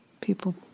People